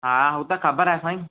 हा हू त ख़बर आहे साईं